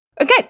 Okay